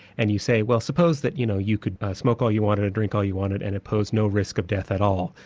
and you say, well suppose that you know you could smoke all you wanted, drink all you wanted, and it posed no risk of death at all.